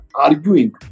arguing